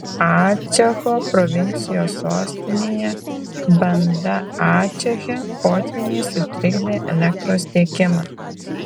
ačecho provincijos sostinėje banda ačeche potvyniai sutrikdė elektros tiekimą